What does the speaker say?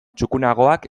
txukunagoak